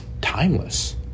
timeless